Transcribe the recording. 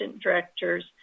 directors